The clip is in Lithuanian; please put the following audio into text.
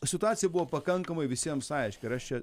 situacija buvo pakankamai visiems aiški ir aš čia